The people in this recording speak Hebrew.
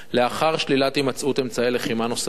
לאחר שלילת הימצאות אמצעי לחימה נוספים